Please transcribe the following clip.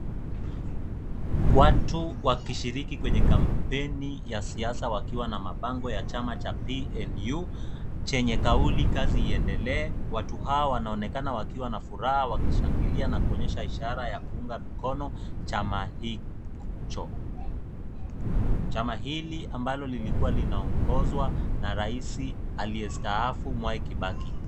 Watu wakishiriki kwenye campain ya siasa wakiwa na mabango ya chama cha PNU chenye kauli kazi iendelee. Watu hawa wanaonekana wakiwa na furaha na kushangilia na kuonyesha ishara ya kuunga mkono chama hicho. Chama hili ambalo lilikuwa linaongozwa na rais aliyestaafu Mwai Kibaki.